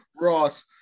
Ross